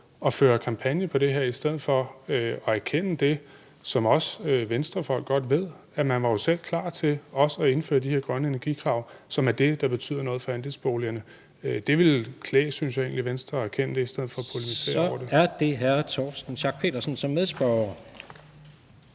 at føre kampagne på det her i stedet for at erkende det, som også Venstrefolk godt ved, nemlig at man jo også selv var klar til at indføre de her grønne energikrav, som er det, der betyder noget for andelsboligerne. Det synes jeg egentlig ville klæde Venstre at erkende i stedet for at polemisere over det. Kl. 17:20 Tredje næstformand (Jens Rohde):